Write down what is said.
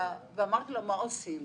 ואמרתי לו מה עושים?